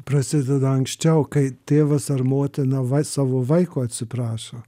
prasideda anksčiau kai tėvas ar motina va savo vaiko atsiprašo